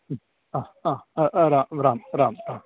म् अ अ राम् राम्